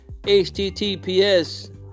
HTTPS